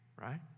right